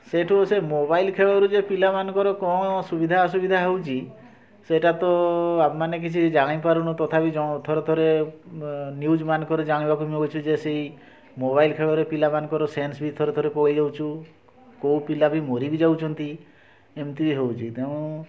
ସେଇଠୁ ସେ ମୋବାଇଲ୍ ଖେଳରୁ ଯେ ପିଲାମାନଙ୍କର କ'ଣ ସୁବିଧା ଅସୁବିଧା ହେଉଛି ସେଇଟା ତ ଆମେମାନେ କିଛି ଜାଣିପାରୁନୁ ତଥାପି ଜ ଥରେ ଥରେ ନ ନ୍ୟୁଜ୍ମାନଙ୍କରେ ଜାଣିବାକୁ ମିଳୁଛି ଯେ ସେଇ ମୋବାଇଲ୍ ଖେଳରେ ପିଲାମାନଙ୍କର ସେନ୍ସ ବି ଥରେ ଥରେ ପଳେଇଯାଉଛି କେଉଁ ପିଲା ବି ମରି ବି ଯାଉଛନ୍ତି ଏମିତି ବି ହେଉଛି ତେଣୁ